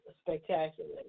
spectacular